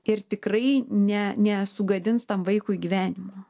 ir tikrai ne nesugadins tam vaikui gyvenimo